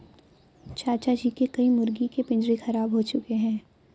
चाचा जी के कई मुर्गी के पिंजरे खराब हो चुके हैं